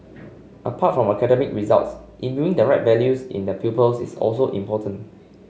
apart from academic results imbuing the right values in the pupils is also important